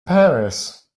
paris